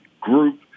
group